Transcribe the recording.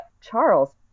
Charles